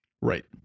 Right